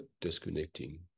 disconnecting